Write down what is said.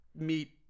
meet